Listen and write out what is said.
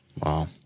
Wow